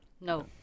no